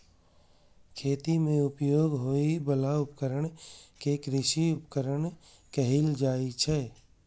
खेती मे उपयोग होइ बला उपकरण कें कृषि उपकरण कहल जाइ छै